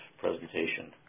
presentation